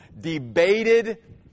debated